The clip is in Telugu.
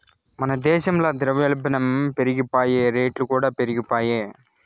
మన దేశంల ద్రవ్యోల్బనం పెరిగిపాయె, రేట్లుకూడా పెరిగిపాయె